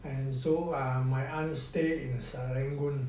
and so ah my aunt stay in the serangoon